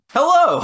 Hello